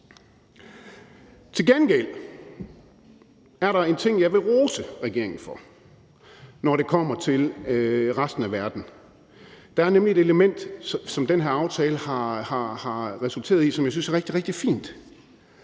Til gengæld er der en ting, jeg vil rose regeringen for, når det kommer til resten af verden. Der er nemlig et element, den her aftale har resulteret i, som jeg synes er rigtig, rigtig fint,